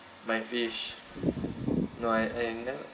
my fish no I never